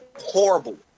horrible